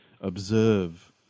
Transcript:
observe